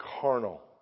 carnal